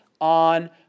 on